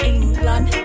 England